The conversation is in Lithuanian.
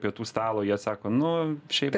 pietų stalo jie sako nu šiaip